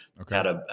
Okay